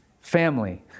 family